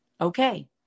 okay